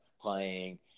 playing –